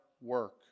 work